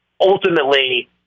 ultimately